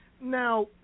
Now